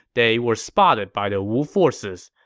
they were spotted by the wu forces.